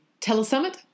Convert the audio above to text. Telesummit